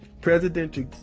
Presidential